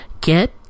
Get